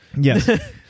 Yes